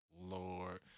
Lord